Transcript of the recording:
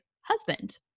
husband